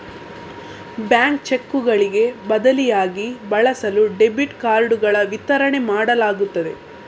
bank ಚೆಕ್ಕುಗಳಿಗೆ ಬದಲಿಯಾಗಿ ಬಳಸಲು ಡೆಬಿಟ್ ಕಾರ್ಡುಗಳ ವಿತರಣೆ ಮಾಡಲಾಗುತ್ತದೆ